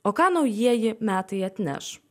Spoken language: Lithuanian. o ką naujieji metai atneš